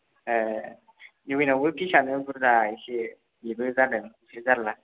एह इउ एन आवबो फिसानो बुरजा एसे बिबो जादों एसे जारला